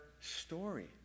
story